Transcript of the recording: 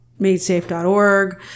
madesafe.org